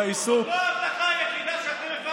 זאת לא ההבטחה היחידה שאתם הפרתם לבוחרים שלכם.